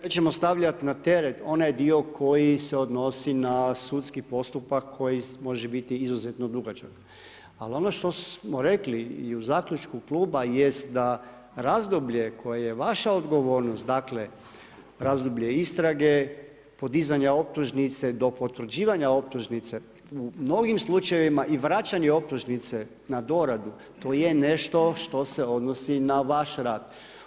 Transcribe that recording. nećemo stavljati na teret onaj dio koji se odnosi na sudski postupak koji može biti izuzetno dugačak, ali ono što smo rekli i u zaključku kluba jest da razdoblje koje vaša odgovornost, dakle razdoblje istrage, podizanje optužnice do potvrđivanja optužnice u mnogim slučajevima i vraćanje optužnice na doradu to je nešto što se odnosi na vaš rad.